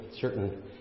certain